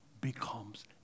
becomes